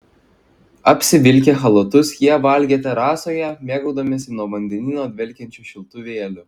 apsivilkę chalatus jie valgė terasoje mėgaudamiesi nuo vandenyno dvelkiančiu šiltu vėjeliu